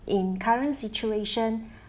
in current situation